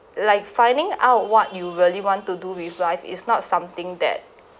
like finding out what you really want to do with life is not something that